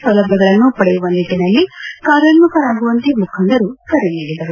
ಸೌಲಭ್ಯಗಳನ್ನು ಪಡೆಯುವ ನಿಟ್ಟನಲ್ಲಿ ಕಾರ್ಯೋನ್ಮುಖರಾಗುವಂತೆ ಮುಖಂಡರು ಕರೆ ನೀಡಿದರು